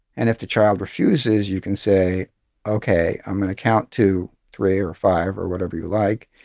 and if the child refuses, you can say ok, i'm going to count to three or five or whatever you like.